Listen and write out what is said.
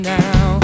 now